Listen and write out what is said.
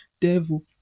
Devil